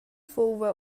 fuva